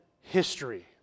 history